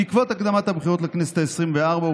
בעקבות הקדמת הבחירות לכנסת העשרים-וארבע,